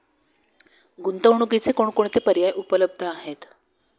गुंतवणुकीचे कोणकोणते पर्याय उपलब्ध आहेत?